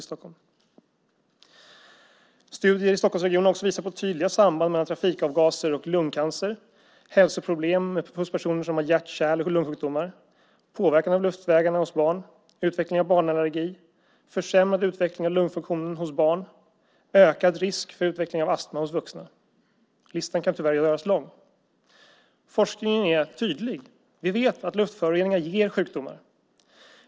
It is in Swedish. Studier i Stockholmsregionen har också visat på tydliga samband mellan trafikavgaser och lungcancer, hälsoproblem hos personer som har hjärt-, kärl och lungsjukdomar, påverkan av luftvägarna hos barn, utveckling av barnallergi, försämrad utveckling av lungfunktionen hos barn och ökad risk för utveckling av astma hos vuxna. Listan kan tyvärr göras lång. Forskningen är tydlig. Vi vet att luftföroreningar ger sjukdomar.